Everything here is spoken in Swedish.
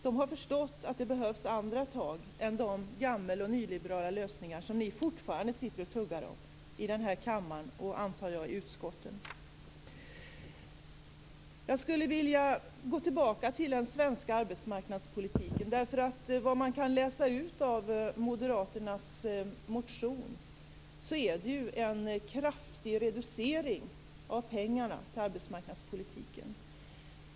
De har förstått att det behövs andra tag än de gammel och nyliberala lösningar som ni fortfarande sitter och tuggar om i den här kammaren och, antar jag, i utskotten. Jag skulle vilja gå tillbaka till den svenska arbetsmarknadspolitiken. Vad man kan läsa ut av moderaternas motion är att det handlar om en kraftig reducering av pengarna till arbetsmarknadspolitiken.